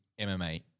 MMA